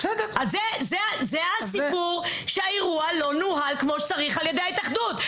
זה הסיפור שהאירוע לא נוהל כמו שצריך על-ידי ההתאחדות.